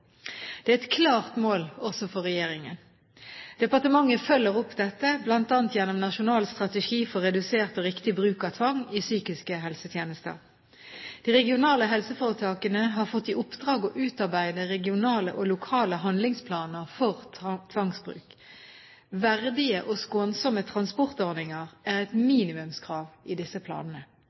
Det er et klart mål også for regjeringen. Departementet følger opp dette bl.a. gjennom Nasjonal strategi for redusert og riktig bruk av tvang i psykiske helsetjenester. De regionale helseforetakene har fått i oppdrag å utarbeide regionale og lokale handlingsplaner for tvangsbruk. Verdige og skånsomme transportordninger er et minimumskrav i disse planene.